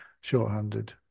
shorthanded